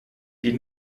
die